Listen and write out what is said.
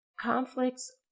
Conflicts